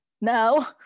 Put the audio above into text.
No